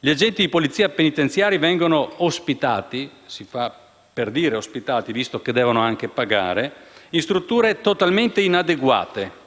Gli agenti di polizia penitenziaria vengono ospitati - si fa per dire, visto che devono anche pagare - in strutture totalmente inadeguate,